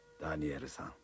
Daniel-san